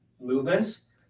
movements